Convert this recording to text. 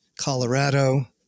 Colorado